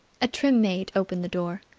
a trim maid opened the door.